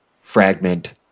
fragment